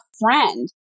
friend